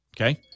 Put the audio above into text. okay